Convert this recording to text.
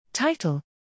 Title